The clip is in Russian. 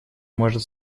может